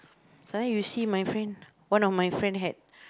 you see my friend one of my friend had